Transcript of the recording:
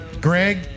greg